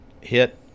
hit